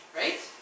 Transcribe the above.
right